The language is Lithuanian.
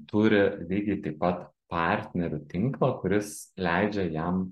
turi lygiai taip pat partnerių tinklą kuris leidžia jam